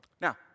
now